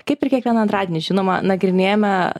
kaip ir kiekvieną antradienį žinoma nagrinėjame